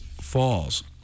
Falls